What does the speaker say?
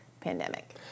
pandemic